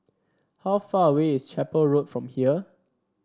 how far away is Chapel Road from here